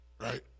right